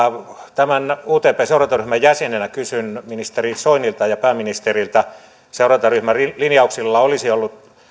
tämän utp seurantaryhmän jäsenenä kysyn ministeri soinilta ja ja pääministeriltä seurantaryhmän linjauksilla olisi ollut